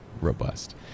robust